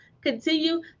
continue